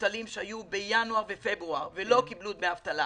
מובטלים שהיו בינואר ובפברואר ולא קיבלו דמי אבטלה